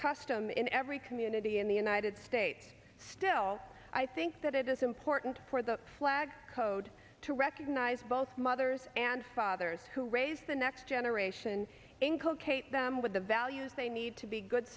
custom in every community in the united states still i think that it is important for the flag code to recognize both mothers and fathers who raise the next generation inculcate them with the values they need to be good